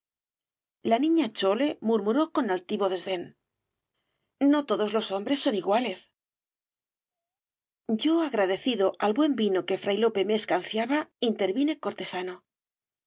la niña chole murmuró con altivo desdén íst obras de valle inclan g no todos los hombres son iguales yo agradecido al buen vino que fray lope me escanciaba intervine cortesano